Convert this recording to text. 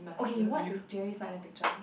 okay what if Jerry is not in the picture